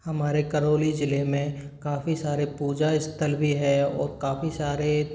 हमारे करौली ज़िले में काफ़ी सारे पूजा स्थल भी है और काफ़ी सारे